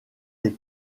est